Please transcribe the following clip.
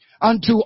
unto